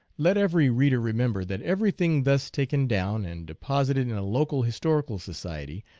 let every reader remember that everything thus taken down, and deposited in a local historical society,